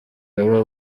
baba